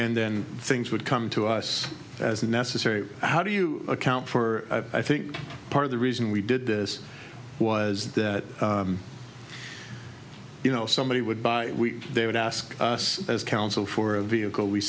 and then things would come to us as necessary how do you account for i think part of the reason we did this was that you know somebody would buy they would ask us as counsel for a vehicle we